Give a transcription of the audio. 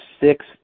six